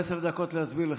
יהיו לו עשר דקות להסביר לך.